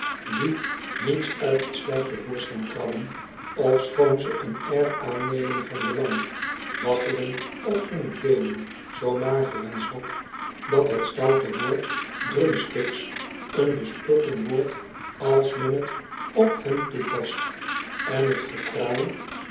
die niets uit t slijk te voorschijn krabben ofschoon ze een air aannemen van belang waggelend op hunne boenen zoo mager en zwak dat het stoute woord drumsticks x een bespotting wordt als men t op hen toepast en t gekraai